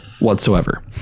Whatsoever